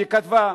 והיא כתבה,